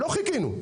לא חיכינו.